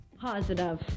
positive